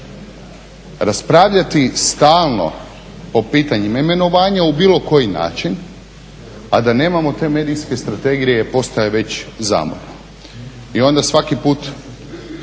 Raspravljati stalno po pitanjima imenovanja u bilo koji način, a da nemamo te medijske strategije postaje već zamorno. I onda svaki put